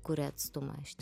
kuria atstumą